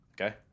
Okay